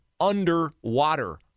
underwater